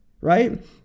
right